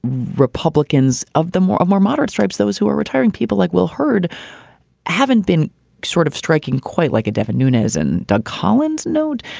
republicans of the more more moderate stripes, those who are retiring, people like wil hurd haven't been sort of striking quite like a definite nunez and doug collins note,